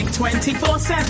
24-7